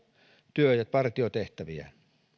työ ja partiotehtäviään